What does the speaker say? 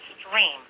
extreme